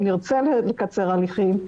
אם נרצה לקצר הליכים,